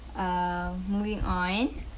um moving on